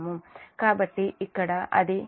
కాబట్టి ఇక్కడ అది Vb - Zf Ib